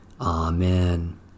Amen